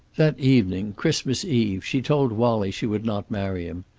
that evening, christmas eve, she told wallie she would not marry him.